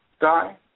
die